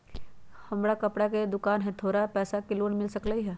हमर कपड़ा के दुकान है हमरा थोड़ा पैसा के लोन मिल सकलई ह?